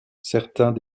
certains